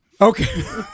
Okay